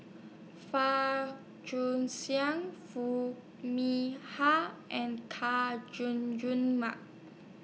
Far jew Xiang Foo Mee Har and Chay Jun Jun Mark